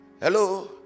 Hello